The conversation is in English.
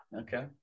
Okay